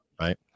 Right